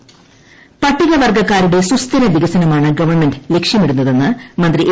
ബാലൻ ഉദ്ഘാടനം പട്ടികവർഗ്ഗക്കാരുടെ സുസ്ഥിരവികസനമാണ് ഗവൺമെന്റ് ലക്ഷ്യമിടുന്നതെന്ന് മന്ത്രി എ